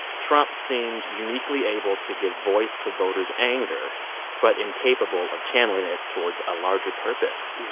trump seems uniquely able to give voice to voters' anger but incapable of channeling it towards a larger purpose.